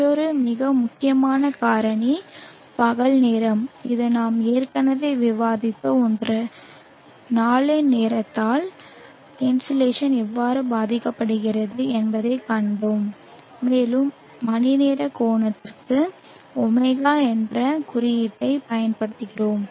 மற்றொரு மிக முக்கியமான காரணி பகல் நேரம் இது நாம் ஏற்கனவே விவாதித்த ஒன்று நாளின் நேரத்தால் இன்சோலேஷன் எவ்வாறு பாதிக்கப்படுகிறது என்பதைக் கண்டோம் மேலும் மணிநேர கோணத்திற்கு ɷ என்ற குறியீட்டைப் பயன்படுத்துகிறோம்